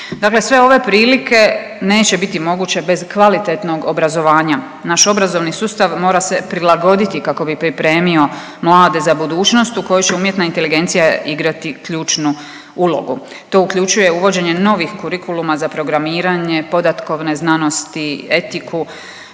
Dakle, sve ove prilike neće biti moguće bez kvalitetnog obrazovanja. Naš obrazovni sustav mora se prilagoditi kako bi pripremio mlade za budućnost u kojoj će umjetna inteligencija igrati ključnu ulogu. To uključuje uvođenje novih kurikuluma za programiranje podatkovne znanosti, etiku